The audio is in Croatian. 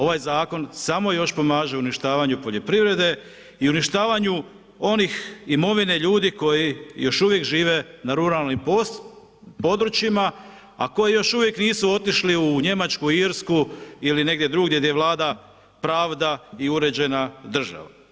Ovaj zakon samo još pomaže uništavanju poljoprivrede i uništavanju onih, imovine ljudi koji još uvijek žive na ruralnim područjima a koji još uvijek nisu otišli u Njemačku, Irsku ili negdje drugdje gdje vlada pravda i uređena država.